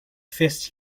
fist